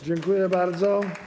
Dziękuję bardzo.